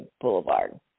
Boulevard